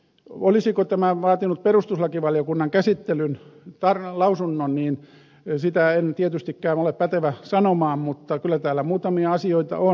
olisiko tämä vaatinut perustuslakivaliokunnan käsittelyn lausunnon niin sitä en tietystikään ole pätevä sanomaan mutta kyllä täällä muutamia asioita on